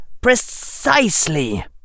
precisely